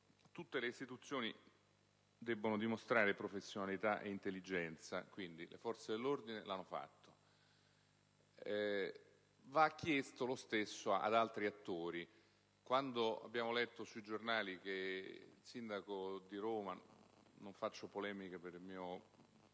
tutte le istituzioni debbono dimostrare professionalità ed intelligenza. Le forze dell'ordine lo hanno fatto: va chiesto anche ad altri attori. Quando abbiamo letto sui giornali che il sindaco di Roma - non faccio polemiche per il fatto